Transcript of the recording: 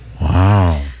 wow